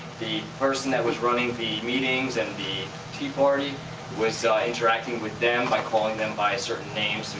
the person that was running the meetings and the tea party was interacting with them by calling them by a certain name, so